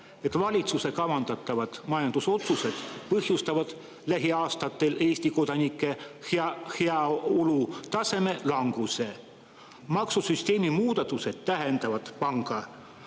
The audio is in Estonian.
et valitsuse kavandatavad majandusotsused põhjustavad lähiaastatel Eesti kodanike heaolutaseme languse. Maksusüsteemi muudatused tähendavad panga